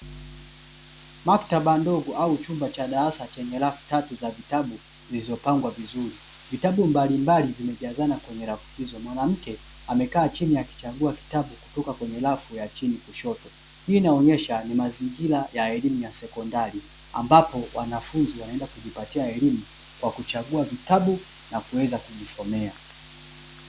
Maktaba ndogo au chumba cha darasa chenye rafu tatu za vitabu zilizopangwa vizuri. Vitabu mbalimbali vimejazana kwenye rafu izo. Mwanamke amekaa chini akichagua kitabu kutoka kwenye rafu ya chini kushoto. Hii inaonesha ni mazingira ya elimu ya sekondari ambapo wanafunzi wanaenda kujipatia elimu kwa kuchagua vitabu na kuweza kujisomea.